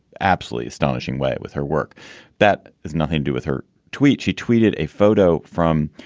absolutely astonishing way with her work that has nothing to do with her tweet. she tweeted a photo from